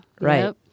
Right